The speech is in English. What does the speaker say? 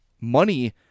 money